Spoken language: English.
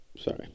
sorry